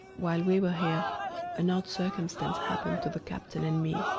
while we were here an odd circumstance happened to the captain and me,